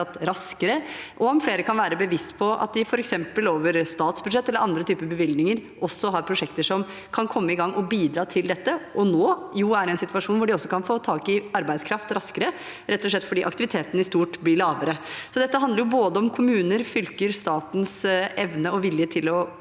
og om flere kan være bevisst på at de – f.eks. over statsbudsjettet eller andre typer bevilgninger – også har prosjekter som kan komme i gang og bidra til dette. De er jo nå i en situasjon hvor de også kan få tak i arbeidskraft raskere, rett og slett fordi aktiviteten i stort blir lavere. Dette handler om både kommunenes, fylkenes og statens evne og vilje til å